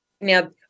Now